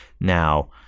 now